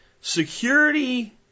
Security